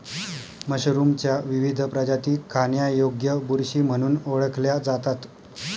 मशरूमच्या विविध प्रजाती खाण्यायोग्य बुरशी म्हणून ओळखल्या जातात